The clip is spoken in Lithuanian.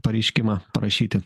pareiškimą parašyti